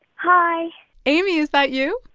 hi amy, is that you?